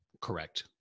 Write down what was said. Correct